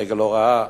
סגל הוראה,